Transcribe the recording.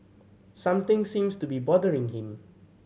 something seems to be bothering him